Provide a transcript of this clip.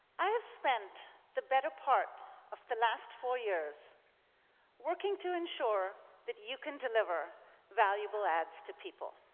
i have spent the better part of the last four years working to ensure that you can deliver valuable ads to people